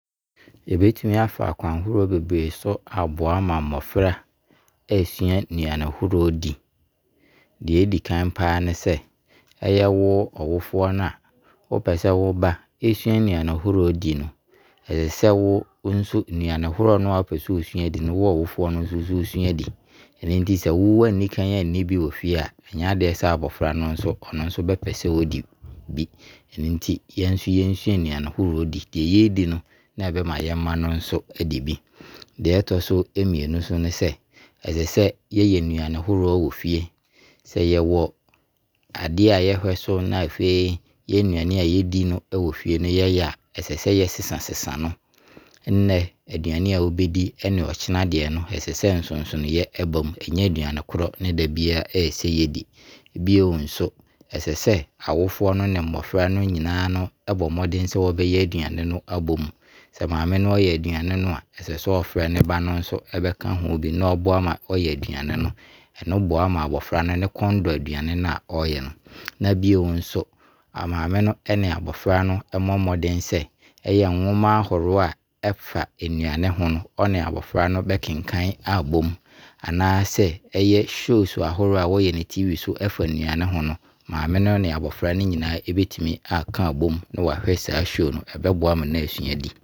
Yɛbɛtumi afa kwan ahoroɔ bebree so aboa ama mmɔfra asua nnuane horoɔ di. Deɛ ɛdi kan paa ne sɛ, ɛyɛ wo ɔwɔfoɔ no wo pɛ sɛ wo ba sua nnuane horoɔ di no, ɛsɛ sɛ wo nso wo nnuane horoɔ no a wo pɛ sɛ ɔsua di no wo ɔwɔfoɔ no nso wosua di. Ɛno nti sɛ wo anni kan a nni bi wɔ fie a nyɛ adeɛ sɛ abɔfra no nso ɛbɛpɛ sɛ ɔdi bi, ɛno nti ɛsɛ sɛ yɛsua nnuane ahoroɔ di. Deɛ yɛdi no ne bɛma abɔfra no nso adi bi. Deɛ ɛtɔ so mmienu ne sɛ, ɛsɛ sɛ yɛyɛ nnuane ahoro wɔ fie, sɛ yɛwɔ adeɛ yɛhwɛ so na afei yɛn nnuane a yɛdi no wɔ fie no yɛyɛ a ɛsɛ sɛ yɛ sesan sesan no. Nnɛ aduane a wo bɛdi ne ɔkyena deɛ no ɛsɛ sɛ nsonsonoeɛ ba mu. Ɛnyɛ aduane koro na ɛsɛ sɛ da biara yɛdi. Bio nso, ɛsɛ sɛ awofoɔ no ne mmɔfra no nyinaa no bɔ mmɔden sɛ wɔbɛyɛ aduane no abɔ mu. Sɛ maame no ɛyɛ aduane no a ɛsɛ sɛ ɔfrɛ ne ba no nso bɛka ho bi na ɔboa ma ɔyɛ aduane no, ɛno boa ma abɔfra no ne kɔn dɔ aduane no a ɔyɛ no. Na bio nso, maame no ne abɔfra no mmɔ mmɔden sɛ ɛyɛ nwoma ahoroɔ ɛfa aduane ho no, ɔne abɔfra no bɛkenkan abɔ mu anaa sɛ shows ahoroɔ wɔyɛ no tv so a fa nnuane ho no, maame no ne abɔfra no nyinaa bɛtumi aka abɔ mu na wahwɛ saa shows no. ɛbɛboa no ama no asua di.